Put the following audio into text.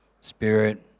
Spirit